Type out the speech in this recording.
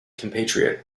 compatriot